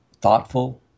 thoughtful